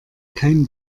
kein